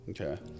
Okay